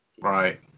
Right